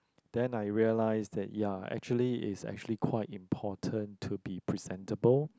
then I realise that ya actually is actually quite important to be presentable